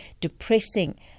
depressing